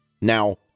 Now